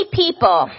people